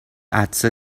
عطسه